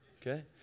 Okay